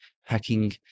hacking